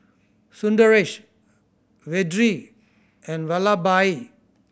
Sundaresh Vedre and Vallabhbhai